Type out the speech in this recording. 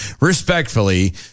respectfully